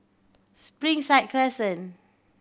Springside Crescent